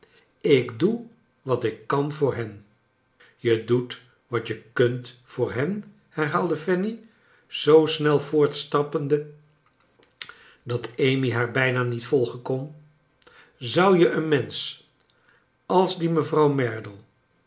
ik doe wat ik kan voor hen je doet wat je kunt voor hen herhaalde fanny zoo snel voortstappende dat amy haar bijna niet volgen kon zou je een mensch als die mevrouw merdle